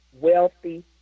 wealthy